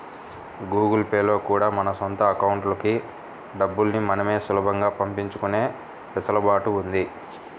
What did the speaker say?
Google Pay లో కూడా మన సొంత అకౌంట్లకి డబ్బుల్ని మనమే సులభంగా పంపించుకునే వెసులుబాటు ఉంది